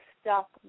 stuck